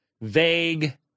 vague